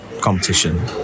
Competition